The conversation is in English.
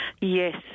Yes